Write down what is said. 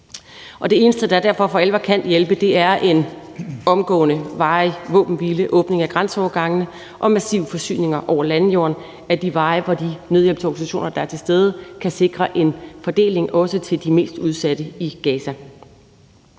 Det eneste, der derfor for alvor kan hjælpe, er en omgående varig våbenhvile, åbning af grænseovergangene og massive forsyninger over landjorden ad de veje, hvor de nødhjælpsorganisationer, der er til stede, kan sikre en fordeling også til de mest udsatte i Gaza.